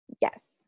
Yes